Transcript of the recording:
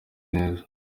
neza